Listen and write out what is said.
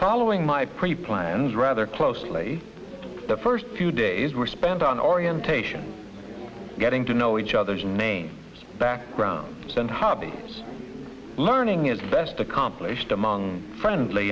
following my pre planned rather closely the first few days were spent on orientation getting to know each other's names background and hobbies learning is best accomplished among friendly